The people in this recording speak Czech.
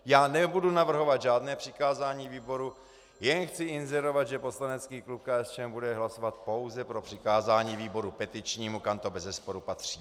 Já nebudu navrhovat žádné přikázání výboru, jen chci inzerovat, že poslanecký klub KSČM bude hlasovat pouze pro přikázání výboru petičnímu, kam to bezesporu patří.